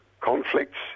conflicts